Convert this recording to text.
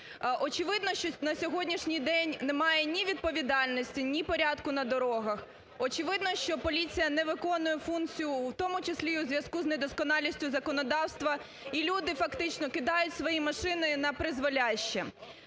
Очевидно, що на сьогоднішній день немає ні відповідальності, ні порядку на дорогах, очевидно, що поліція не виконує функцію, в тому числі і у зв'язку з недосконалістю законодавства, і люди фактично кидають свої машини на призволяще.